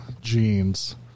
jeans